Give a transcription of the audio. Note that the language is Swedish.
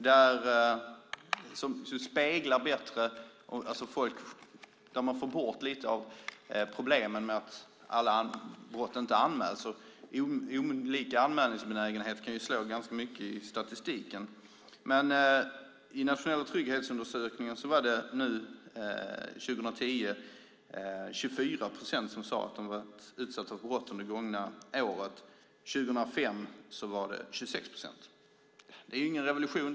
Där får man bort lite av problemen med att alla brott inte anmäls, och olika anmälningsbenägenhet kan slå ganska mycket i statistiken. I den nationella trygghetsundersökningen var det nu, 2010, 24 procent som sade att de hade varit utsatta för brott under det gångna året. År 2005 var det 26 procent. Det är ingen revolution.